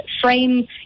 frame